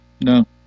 No